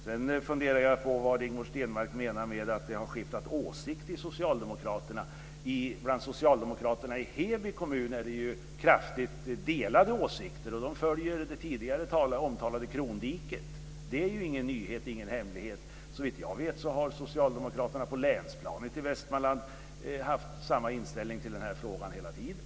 Jag funderar vidare på vad Rigmor Stenmark menar med att vi från socialdemokratisk sida har skiftat åsikt. Bland socialdemokraterna i Heby kommun är det kraftigt delade åsikter, och de följer det tidigare omtalade Krondiket. Det är ingen nyhet och ingen hemlighet. Såvitt jag vet har socialdemokraterna på länsplanet i Västmanland haft samma inställning i den här frågan hela tiden.